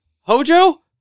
Hojo